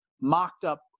mocked-up